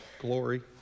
glory